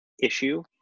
issue